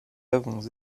avons